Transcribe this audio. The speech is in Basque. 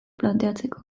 planteatzeko